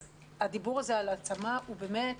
אז הדיבור החשוב הזה על העצמה הוא באמת